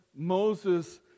Moses